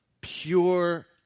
pure